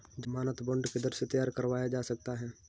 ज़मानत बॉन्ड किधर से तैयार करवाया जा सकता है?